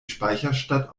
speicherstadt